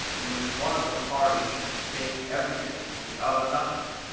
in which one of the parties should stake everything and the other nothing,